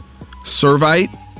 Servite